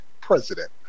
president